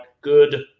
Good